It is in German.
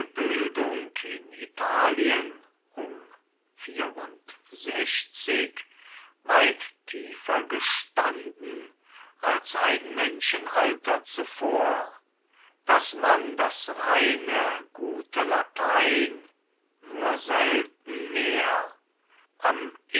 bildung in italien um weit tiefer gestanden als ein menschenalter zuvor daß man das reine gute latein nur selten mehr am